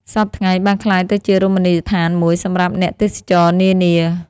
សព្វថ្ងៃ បានក្លាយទៅជារមណីយដ្ឋានមួយសម្រាប់អ្នកទេសចរនានា